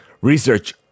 research